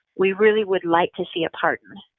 we really would like to see a pardon.